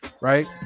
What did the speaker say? right